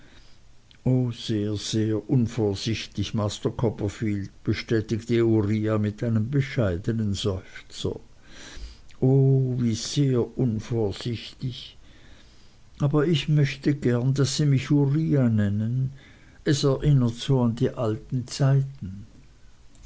sehr sehr unvorsichtig master copperfield bestätigte uriah mit einem bescheidnen seufzer o wie sehr unvorsichtig aber ich möchte gern daß sie mich uriah nennen es erinnert so an die alten zeiten